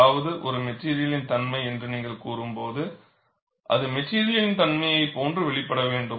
ஏதாவது ஒரு மெட்டிரியலின் தன்மை என்று நீங்கள் கூறும்போது அது மெட்டிரியலின் தன்மையை போல வெளிப்பட வேண்டும்